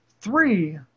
three